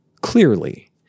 clearly